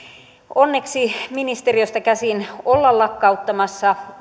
onneksi ministeriöstä käsin olla lakkauttamassa